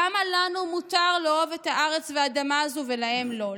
למה לנו מותר לאהוב את הארץ והאדמה הזו ולהם לא?